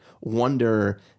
wonder